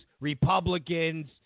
Republicans